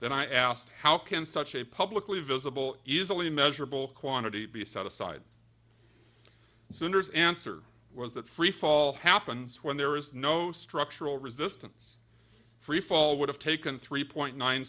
then i asked how can such a publicly visible easily measurable quantity be set aside sooners answer was that freefall happens when there is no structural resistance freefall would have taken three point nine